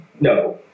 no